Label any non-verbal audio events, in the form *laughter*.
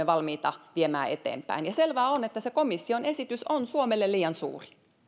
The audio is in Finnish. *unintelligible* valmiita viemään eteenpäin ja selvää on että se komission esitys on suomelle liian suuri